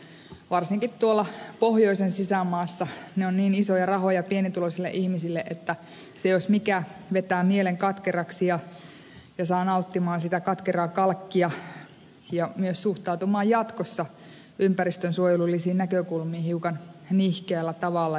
varsinkin tuolla pohjoisen sisämaassa ne ovat niin isoja rahoja pienituloisille ihmisille että se jos mikä vetää mielen katkeraksi ja saa nauttimaan sitä katkeraa kalkkia ja myös suhtautumaan jatkossa ympäristönsuojelullisiin näkökulmiin hiukan nihkeällä tavalla